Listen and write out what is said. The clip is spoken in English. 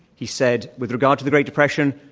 he said, with regard to the great depression,